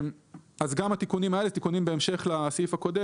התיקונים האלה הם בהמשך לסעיף הקודם